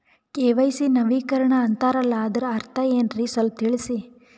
KYC ನವೀಕರಣ ಅಂತಾರಲ್ಲ ಅದರ ಅರ್ಥ ಏನ್ರಿ ಸ್ವಲ್ಪ ತಿಳಸಿ?